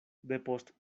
depost